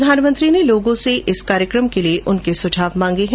प्रधानमंत्री ने लोगों से इस कार्यक्रम के लिए उनके सुझाव मांगे है